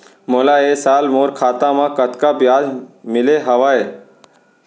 मोला ए साल मोर खाता म कतका ब्याज मिले हवये?